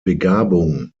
begabung